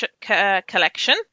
collection